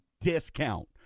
discount